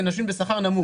אלה נשים בשכר נמוך.